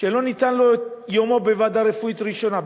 שלא ניתן לו יומו בוועדה רפואית ראשונה,